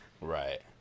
Right